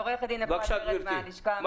עורכת הדין אפרת ורד מהלשכה המשפטית במשרד החקלאות.